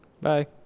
Bye